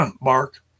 Mark